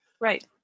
Right